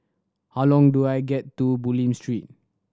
how long do I get to Bulim Street